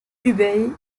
hubei